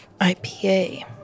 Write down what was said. IPA